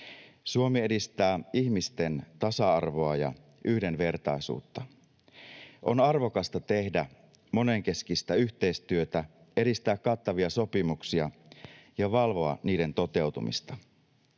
Suomi edistää ihmisten tasa-arvoa ja yhdenvertaisuutta. On arvokasta tehdä monenkeskistä yhteistyötä, edistää kattavia sopimuksia ja valvoa niiden toteutumista.